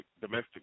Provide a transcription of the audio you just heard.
domestic